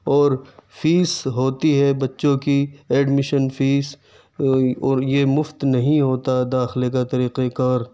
اور فیس ہوتی ہے بچّوں کی ایڈمیشن فیس اور یہ مفت نہیں ہوتا داخلے کا طریقۂِ کار